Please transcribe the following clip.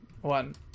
one